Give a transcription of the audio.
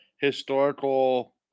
historical